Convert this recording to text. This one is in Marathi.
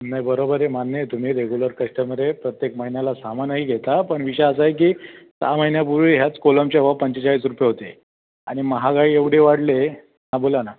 नाही बरोबर आहे मान्य आहे तुम्ही रेगुलर कश्टमर आहे प्रत्येक महिन्याला सामानही घेता पण विषय असा आहे की सहा महिन्यापूर्वी ह्याच कोलमचे भाव पंचेचाळीस रुपये होते आणि महागाई एवढी वाढले हा बोला ना